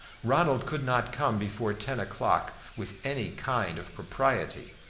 ronald could not come before ten o'clock with any kind of propriety,